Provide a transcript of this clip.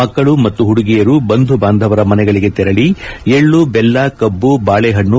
ಮಕ್ಕಳು ಮತ್ತು ಹುಡುಗಿಯರು ಬಂಧುಬಾಂದವರ ಮನೆಗಳಿಗೆ ತೆರಳಿ ಎಳ್ಳುಬೆಲ್ಲ ಕಬ್ಬು ಬಾಳೆ ಹಣ್ಣು